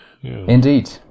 Indeed